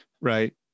right